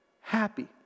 happy